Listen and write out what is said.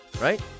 right